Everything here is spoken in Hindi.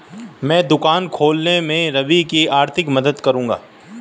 मैं दुकान खोलने में रवि की आर्थिक मदद करूंगा